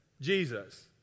Jesus